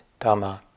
Dhamma